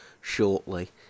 shortly